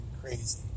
crazy